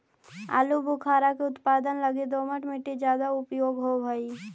आलूबुखारा के उत्पादन लगी दोमट मट्टी ज्यादा उपयोग होवऽ हई